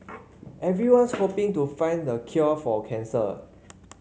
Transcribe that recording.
everyone's hoping to find the cure for cancer